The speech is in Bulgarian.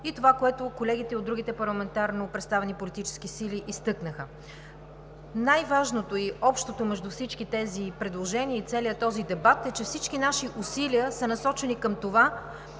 и това, което колегите от другите парламентарно представени политически сили изтъкнаха. Най-важното и общото между всички тези предложения и целия този дебат е, че всички наши усилия са насочени към това